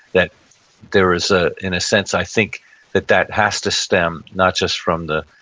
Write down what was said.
that there was a, in a sense, i think that that has to stem not just from the